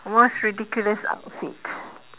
most ridiculous outfit